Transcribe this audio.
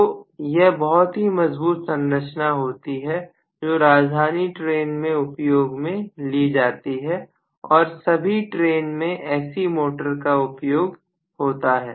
तो यह बहुत ही मजबूत संरचना होती है जो राजधानी ट्रेन में उपयोग में ली जाती है और सभी ट्रेन में एसी मोटर का उपयोग होता है